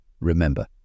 Remember